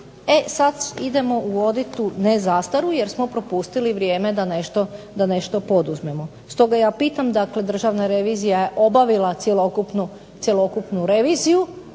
sad idemo uvodit tu nezastaru jer smo propustili vrijeme da nešto poduzmemo. Stoga ja pitam, dakle Državna revizija je obavila cjelokupnu reviziju,